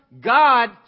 God